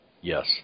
yes